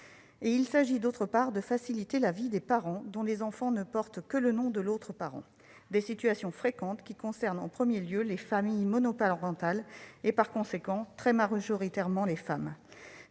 Il s'agit, d'autre part, de faciliter la vie des parents dont les enfants ne portent pas le nom. Ces situations fréquentes concernent en premier lieu les familles monoparentales et, par conséquent, très majoritairement les femmes.